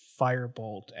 firebolt